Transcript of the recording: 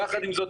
יחד עם זאת,